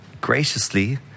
graciously